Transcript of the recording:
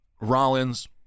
Rollins